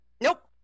nope